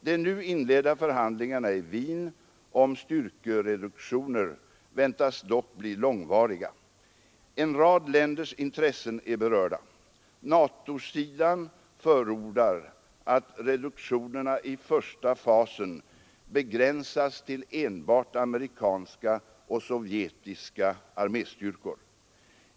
De nu inledda förhandlingarna i Wien om styrkereduktioner väntas dock bli långvariga. En rad länders intressen är berörda. NATO-sidan förordar att reduktionerna i den första fasen begränsas till enbart amerikanska och sovjetiska arméstyrkor.